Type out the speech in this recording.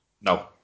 No